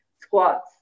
Squats